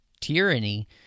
tyranny